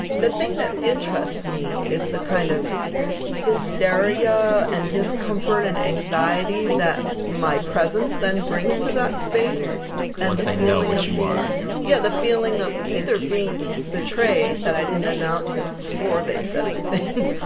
the thing that interests me is the kind of hysteria and discomfort and anxiety that my presence then brings to that space once they know what you are yeah. the feeling of either being betrayed that i didn't announce it before they said the thing.